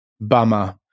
Bummer